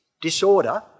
disorder